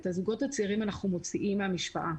את הזוגות הצעירים אנחנו מוציאים מהמשוואה.